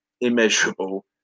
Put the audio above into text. immeasurable